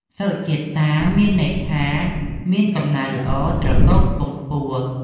សុជាតា មានន័យថាមានកំណើតល្អ ត្រកូលខ្ពង់ខ្ពស់។